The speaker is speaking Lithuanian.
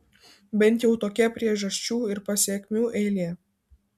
bent jau tokia priežasčių ir pasekmių eilė